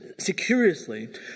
Securiously